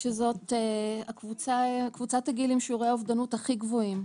שזאת קבוצת הגילאים עם שיעורי האובדנות הכי גבוהים,